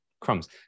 crumbs